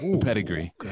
Pedigree